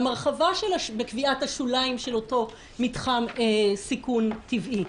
הרחבה בקביעת השוליים של אותו מתחם סיכון טבעי,